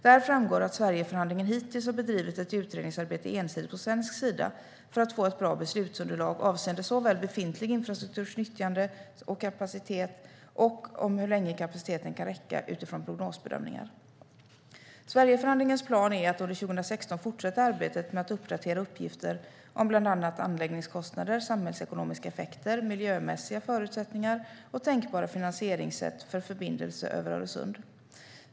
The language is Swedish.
Där framgår att Sverigeförhandlingen hittills har bedrivit ett utredningsarbete ensidigt på svensk sida, för att få ett bra beslutsunderlag avseende såväl befintlig infrastrukturs nyttjande som kapacitet och om hur länge kapaciteten kan räcka utifrån prognosbedömningar. Sverigeförhandlingens plan är att under 2016 fortsätta arbetet med att uppdatera uppgifter om bland annat anläggningskostnader, samhällsekonomiska effekter, miljömässiga förutsättningar och tänkbara finansieringssätt för förbindelse över Öresund.